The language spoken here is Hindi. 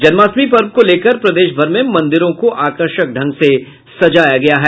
जन्माष्टमी पर्व को लेकर प्रदेश भर में मंदिरों को आकर्षक ढंग सजाया गया है